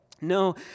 No